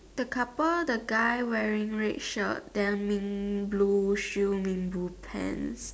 the couple the guy wearing red shirt then mint blue shoe mint blue pants